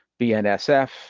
BNSF